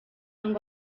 ngo